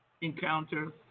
encounter